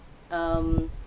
um